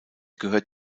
gehört